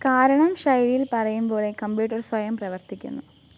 കാരണം ശൈലിയില് പറയുമ്പോഴേ കമ്പ്യൂട്ടർ സ്വയം പ്രവർത്തിക്കുന്നു